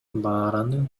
баарын